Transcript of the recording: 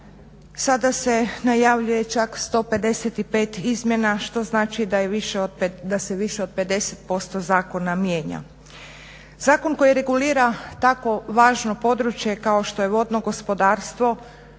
sada se najavljuje čak 155 izmjena što znači da se više od 50% zakona mijenja. Zakon koji regulira tako važno područje kao što je vodno gospodarstvo,